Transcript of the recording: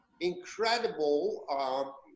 incredible